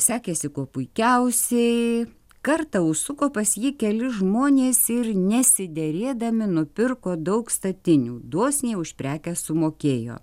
sekėsi kuo puikiausiai kartą užsuko pas jį keli žmonės ir nesiderėdami nupirko daug statinių dosniai už prekę sumokėjo